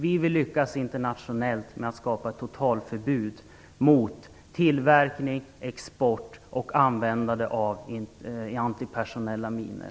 Vi vill lyckas internationellt med att skapa ett totalförbud mot tillverkning, export och användande av antipersonella minor.